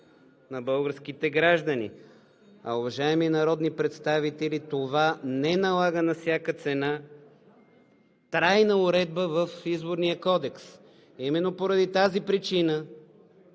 на българските граждани, а, уважаеми народни представители, това не налага на всяка цена трайна уредба в Изборния кодекс. Именно поради тази причина,